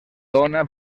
dona